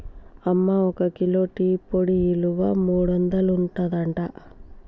అమ్మ ఒక kilo tea పొడి ఇలువ మూడొందలు ఉంటదట